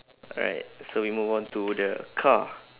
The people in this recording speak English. alright so we move on to the car